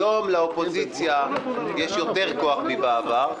היום לאופוזיציה יש יותר כוח מבעבר,